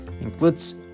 includes